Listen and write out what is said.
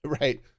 Right